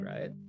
right